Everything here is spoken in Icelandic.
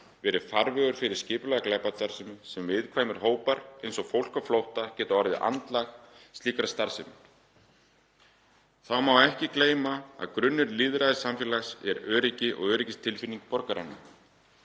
verið farvegur fyrir skipulagða glæpastarfsemi og viðkvæmir hópar eins og fólk á flótta geta orðið andlag slíkrar starfsemi. Þá má ekki gleyma því að grunnur lýðræðissamfélags er öryggi og öryggistilfinning borgaranna.